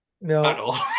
no